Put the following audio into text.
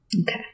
Okay